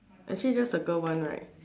actually just circle one right